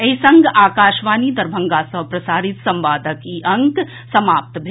एहि संग आकाशवाणी दरभंगा सँ प्रसारित संवादक ई अंक समाप्त भेल